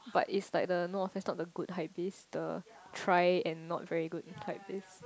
but if like the north office not a good hype beasts the try and not very good type is